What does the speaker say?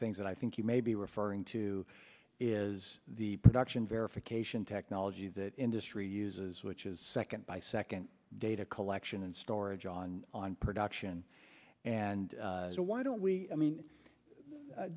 things that i think you may be referring to is the production verification technology that industry uses which is second by second data collection and storage on on production and so why don't we i mean